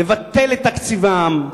לבטל את תקציבם,